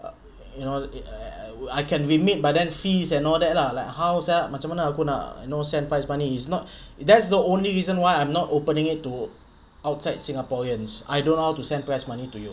you know I I can we make but then fees and all that lah like how sia macam mana aku nak you know send prize money it's not that's the only reason why I'm not opening it to outside singaporeans I don't how to send prize money to you